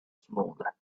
smaller